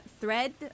thread